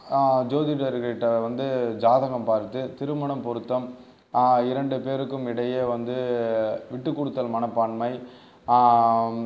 ஜோதிடர்கள்கிட்ட வந்து ஜாதகம் பார்த்து திருமணம் பொருத்தம் இரண்டு பேருக்கும் இடையே வந்து விட்டுக் கொடுத்தல் மனப்பான்மை